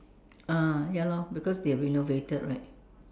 ah ya lor because they renovated right